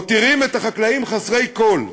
אלה מותירים את החקלאים חסרי כול,